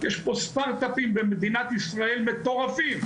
יש פה סטרטאפים במדינת ישראל מטורפים.